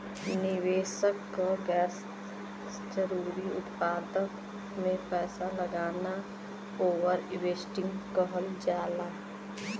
निवेशक क गैर जरुरी उत्पाद में पैसा लगाना ओवर इन्वेस्टिंग कहल जाला